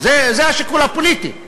זה השיקול הפוליטי.